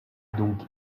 donc